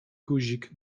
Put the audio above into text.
guzik